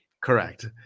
Correct